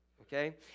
Okay